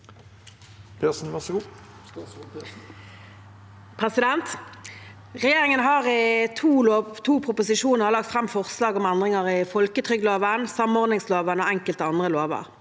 Regjerin- gen har i to proposisjoner lagt fram forslag om endringer i folketrygdloven, samordningsloven og enkelte andre lover.